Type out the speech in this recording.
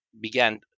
began